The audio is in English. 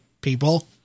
people